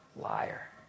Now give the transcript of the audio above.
Liar